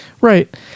Right